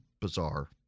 bizarre